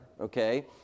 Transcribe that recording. okay